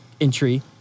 entry